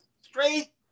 straight